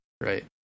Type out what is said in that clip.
Right